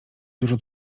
dużo